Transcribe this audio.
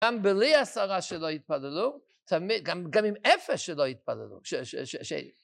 גם בלי עשרה שלא התפללו גם אם אפס שלא התפללו